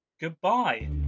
Goodbye